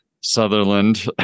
Sutherland